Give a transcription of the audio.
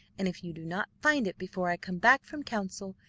and if you do not find it before i come back from council,